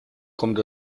kommt